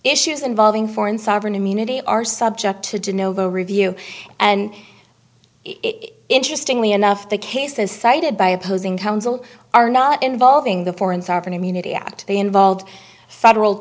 issues involving foreign sovereign immunity are subject to do novo review and interestingly enough the cases cited by opposing counsel are not involving the foreign sovereign immunity act they involve federal